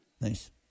Nice